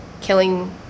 killing